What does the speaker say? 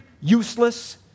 useless